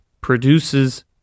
produces